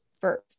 first